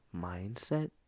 mindset